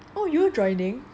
oh yone joining